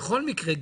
בכל מקרה,